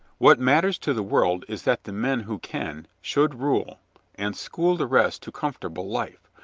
what matters to the world is that the men who can should rule and school the rest to comfortable life.